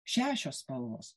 šešios spalvos